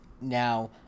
now